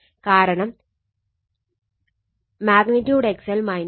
കാരണം |XL XC| R ആണ്